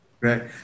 Right